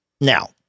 Now